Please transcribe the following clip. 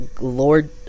Lord